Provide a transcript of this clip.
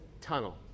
tunnel